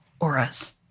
auras